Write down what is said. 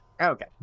Okay